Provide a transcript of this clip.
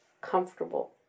comfortable